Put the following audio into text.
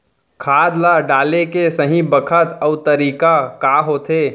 खाद ल डाले के सही बखत अऊ तरीका का होथे?